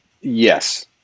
Yes